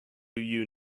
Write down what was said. you